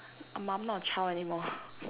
um I'm not a child anymore